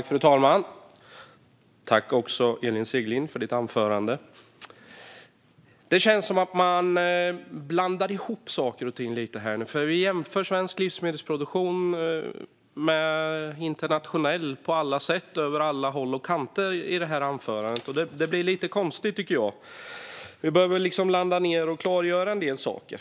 Fru talman! Tack, Elin Segerlind, för ditt anförande! Det som känns lite som att saker och ting blandas ihop. I detta anförande jämförs svensk livsmedelsproduktion med internationell på alla sätt och på alla håll och kanter. Jag tycker att det blir lite konstigt. Vi behöver landa och klargöra en del saker.